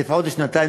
לפחות לשנתיים,